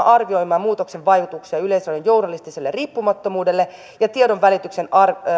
arvioimaan muutoksen vaikutuksia yleisradion journalistiselle riippumattomuudelle ja tiedonvälityksen